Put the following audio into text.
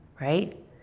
right